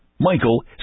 Michael